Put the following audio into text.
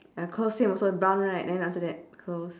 uh close same also brown right then after that close